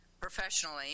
professionally